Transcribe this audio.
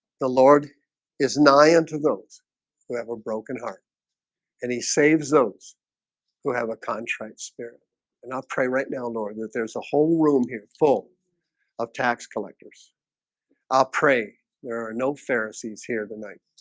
the lord is nigh unto those who have a broken heart and he saves those who have a contrite spirit and not pray right now lord that there's a whole room in full of tax collectors i'll pray there are no pharisees here tonight.